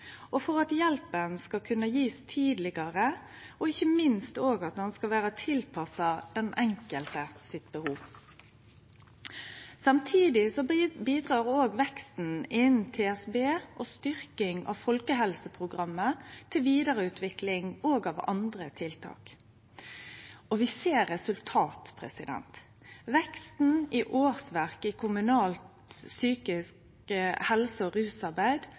hjelp, for at hjelpa skal kunne bli gjeven tidlegare, og ikkje minst òg at ho skal vere tilpassa behovet til den enkelte. Samtidig bidrar òg veksten innan TSB og styrkinga av folkehelseprogrammet til vidareutvikling òg av andre tiltak. Og vi ser resultat: Veksten i årsverk i kommunalt psykisk helse- og rusarbeid